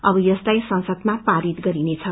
अब यसलाई संसदमा पारित गरिनेछ